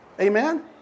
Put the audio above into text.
Amen